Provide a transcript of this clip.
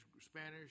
Spanish